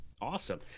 awesome